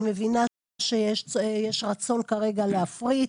אני מבינה שיש רצון כרגע להפריט,